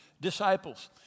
disciples